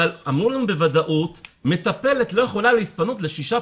אבל אמרו לנו בוודאות: מטפלת לא יכולה להתפנות לשישה